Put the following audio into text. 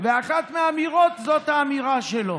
ואחת מהאמירות זו האמירה שלו.